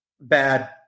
bad